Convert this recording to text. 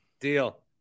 Deal